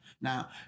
Now